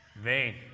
vain